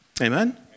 Amen